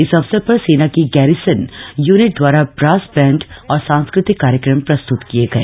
इस अवसर पर सेना की गैरिसन यूनिट द्वारा ब्रास बैंड सैनिक पाईप और सांस्कृतिक कार्यक्रम प्रस्त्त किये गए